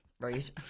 right